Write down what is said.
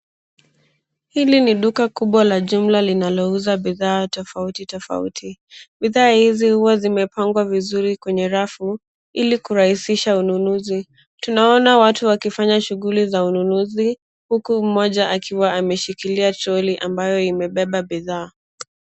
Hili ni duka kubwa la jumla linalouza bidhaa tofauti tofauti. Bidhaa hizi huwa zimepangwa vizuri kwenye rafu, ili kurahisisha ununuzi. Tunaona watu wakifanya shughuli za ununuzi, huku mmoja akiwa ameshikilia troli ambayo imebeba bidhaa.